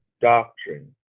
doctrine